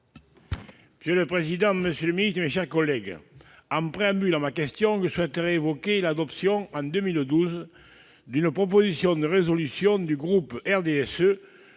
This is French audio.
Monsieur le président, monsieur le ministre, mes chers collègues, en préambule à ma question, je souhaite évoquer l'adoption, en 2012, d'une proposition de résolution du groupe du RDSE